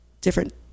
different